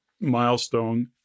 milestone